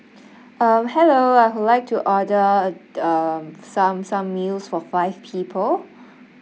um hello I would like to order um some some meals for five people